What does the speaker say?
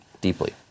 deeply